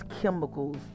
chemicals